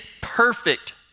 perfect